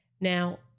Now